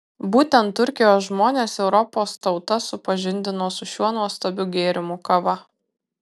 būtent turkijos žmonės europos tautas supažindino su šiuo nuostabiu gėrimu kava